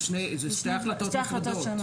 זה שתי החלטות נפרדות.